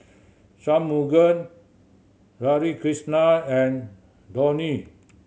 Shunmugam Radhakrishnan and Dhoni